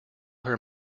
her